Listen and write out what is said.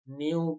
new